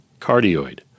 cardioid